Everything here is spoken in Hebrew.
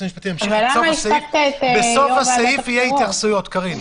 למה הפסקת את יו"ר ועדת הבחירות?